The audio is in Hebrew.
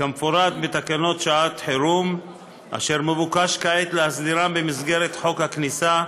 כמפורט בתקנות שעת חירום אשר מבוקש כעת להסדירן במסגרת חוק הכניסה,